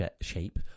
shape